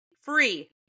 free